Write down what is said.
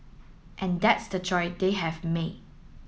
and that's the choice they have made